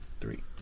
three